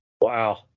wow